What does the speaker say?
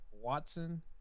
Watson